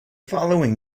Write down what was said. following